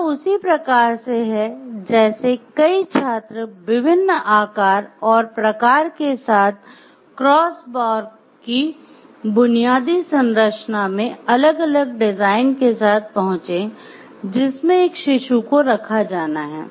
यह उसी प्रकार से है जैसे कई छात्र विभिन्न आकार और प्रकार के साथ क्रॉसबार की बुनियादी संरचना में अलग अलग डिजाइन के साथ पहुंचे जिसमें एक शिशु को रखा जाना है